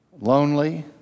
lonely